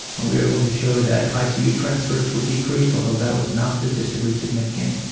we are able to show that icu transfers were decreased, although that was not statistically significant.